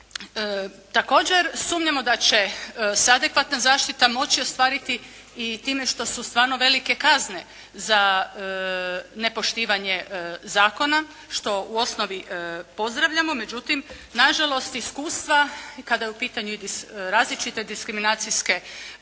Također sumnjamo da će se adekvatna zaštita moći ostvariti i time što su stvarno velike kazne za nepoštivanje zakona što u osnovi pozdravljamo. Međutim, nažalost iskustva i kada je u pitanju različite diskriminacijske radnje